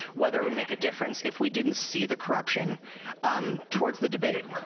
whether it would make a difference if we didn't see the corruption um towards the debate.